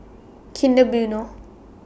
Kinder Bueno